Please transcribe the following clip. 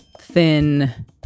thin